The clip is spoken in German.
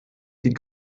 die